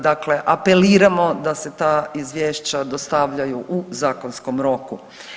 Dakle, apeliramo da se ta izvješća dostavljaju u zakonskom roku.